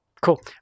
Cool